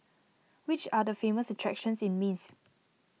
which are the famous attractions in Minsk